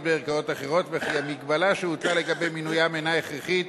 בערכאות אחרות וכי המגבלה שהוטלה לגבי מינויים אינה הכרחית